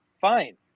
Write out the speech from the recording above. Fine